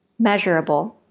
measurable,